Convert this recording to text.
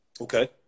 Okay